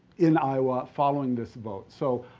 in iowa following this vote. so,